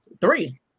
Three